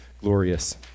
glorious